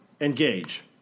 engage